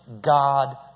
God